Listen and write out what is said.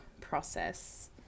process